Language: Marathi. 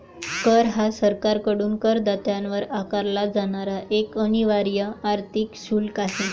कर हा सरकारकडून करदात्यावर आकारला जाणारा एक अनिवार्य आर्थिक शुल्क आहे